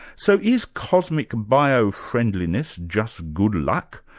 so, is cosmic bio friendliness just good luck?